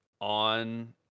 on